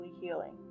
healing